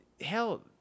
hell